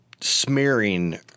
smearing